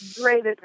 great